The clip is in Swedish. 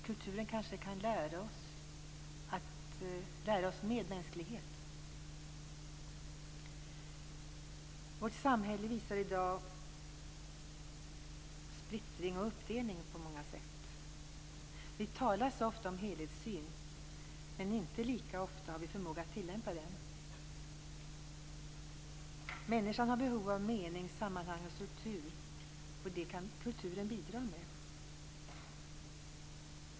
Kulturen kanske kan lära oss medmänsklighet. Vårt samhälle visar i dag splittring och uppdelning på många sätt. Det talas ofta om en helhetssyn, men inte lika ofta har vi förmåga att tillämpa den. Människan har behov av mening, sammanhang och struktur, och det kan kulturen bidra med.